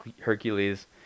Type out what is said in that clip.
hercules